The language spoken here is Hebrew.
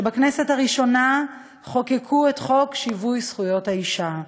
שבכנסת הראשונה חוקקה את חוק שיווי זכויות האישה.